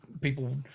people